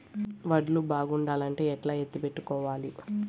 వడ్లు బాగుండాలంటే ఎట్లా ఎత్తిపెట్టుకోవాలి?